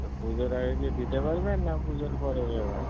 তো পুজোর আগে কি দিতে পারবেন না পুজোর পরে যাবে